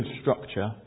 structure